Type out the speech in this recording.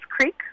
Creek